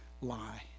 lie